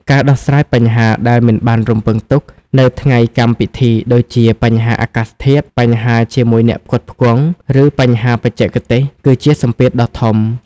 ការដោះស្រាយបញ្ហាដែលមិនបានរំពឹងទុក នៅថ្ងៃកម្មពិធី ដូចជាបញ្ហាអាកាសធាតុ បញ្ហាជាមួយអ្នកផ្គត់ផ្គង់ ឬបញ្ហាបច្ចេកទេស គឺជាសម្ពាធដ៏ធំ។